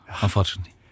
Unfortunately